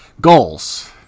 Goals